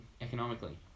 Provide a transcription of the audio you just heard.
economically